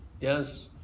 yes